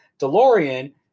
DeLorean